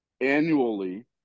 annually